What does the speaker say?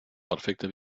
perfecte